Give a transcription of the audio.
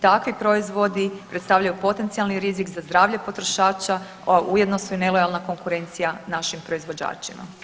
Takvi proizvodi predstavljaju potencijalni rizik za zdravlje potrošača, a ujedno su i nelojalna konkurencija našim proizvođačima.